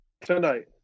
Tonight